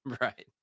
Right